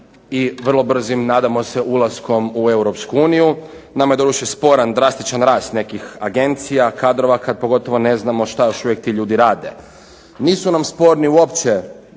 i vrlo brzim nadamo se ulaskom u Europsku uniju. Nama je doduše sporan drastičan rast nekih agencija, kadrova, kad pogotovo ne znamo šta još uvijek ti ljudi rade. Nisu nam sporni uopće